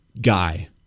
guy